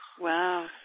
Wow